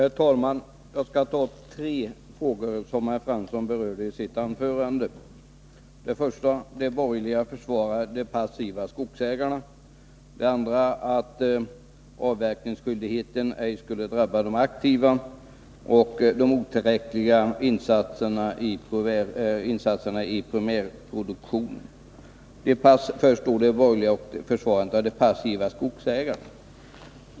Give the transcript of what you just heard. Herr talman! Jag skall ta upp tre frågor som herr Fransson berörde i sitt anförande, nämligen påståendet att de borgerliga försvarar de passiva skogsägarna, att avverkningsskyldigheten inte skulle drabba de aktiva och de otillräckliga insatserna i primärproduktionen. Först tar jag upp påståendet att de borgerliga försvarar de passiva skogsägarna.